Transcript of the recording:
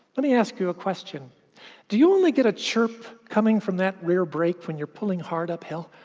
let me ask you a question do you only get a chirp coming from that rear break when you're pulling hard uphill?